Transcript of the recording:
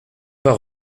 pas